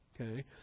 okay